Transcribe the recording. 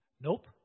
Nope